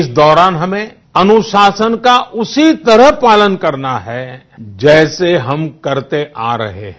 इस दौरान हमें अनुशासन का उसी तरह पालन करना है जैसे हम करते आ रहे हैं